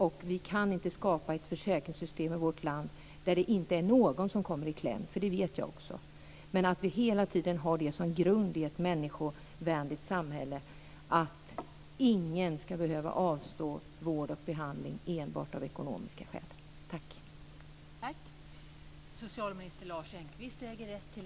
Jag vet att vi inte kan skapa ett försäkringssystem där inte någon i vårt land kommer i kläm, men vi ska i ett människovärdigt samhälle hela tiden ha den utgångspunkten att ingen ska behöva avstå från vård och behandling enbart av ekonomiska skäl.